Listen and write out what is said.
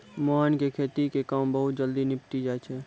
मोहन के खेती के काम बहुत जल्दी निपटी जाय छै